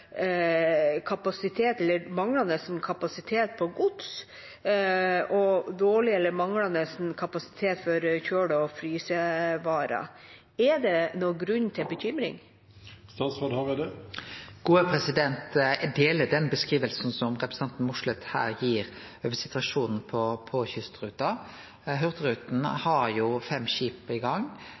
kapasitet på gods og dårlig eller manglende kapasitet for kjøle- og frysevarer. Er det noen grunn til bekymring? Eg deler den beskrivinga som representanten Mossleth her gir over situasjonen på kystruta. Hurtigruten har fem skip i gang.